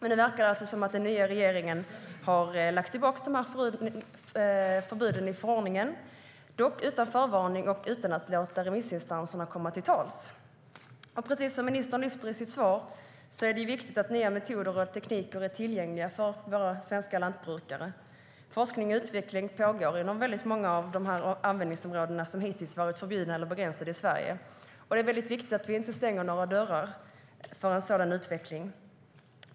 Nu verkar det som om den nya regeringen har lagt tillbaka förbuden i förordningen, utan förvarning och utan att låta remissinstanserna komma till tals. Precis som ministern lyfter fram i sitt svar är det viktigt att nya metoder och tekniker är tillgängliga för våra svenska lantbrukare. Forskning och utveckling pågår inom många av de användningsområden som hittills varit förbjudna eller begränsade i Sverige. Det är viktigt att vi inte stänger några dörrar för en sådan utveckling.